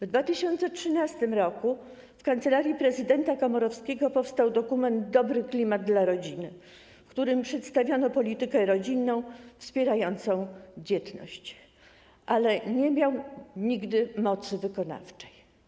W 2013 r. w kancelarii prezydenta Komorowskiego powstał dokument „Dobry klimat dla rodziny”, w którym przedstawiono politykę rodzinną wspierającą dzietność, ale dokument ten nie miał nigdy mocy wykonawczej.